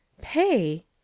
Pay